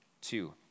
two